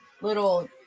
little